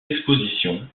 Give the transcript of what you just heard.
expositions